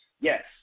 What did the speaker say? Yes